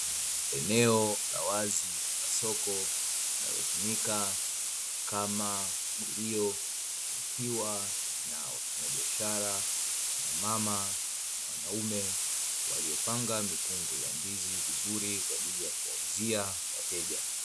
Eneo la wazi la soko linalotumika kama gulio, likiwa na wafanyabiashara wakina mama na wanaume, waliopanga mikungu ya ndizi vizuri, kwa ajili ya kuwauzia wateja.